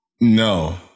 No